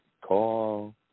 call